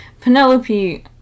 Penelope